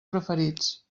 preferits